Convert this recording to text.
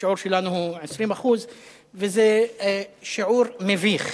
השיעור שלנו הוא 20% וזה שיעור מביך,